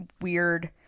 weird